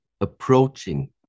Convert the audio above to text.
approaching